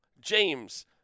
James